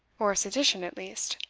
or sedition at least,